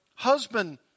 husband